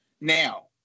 Now